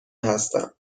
هستم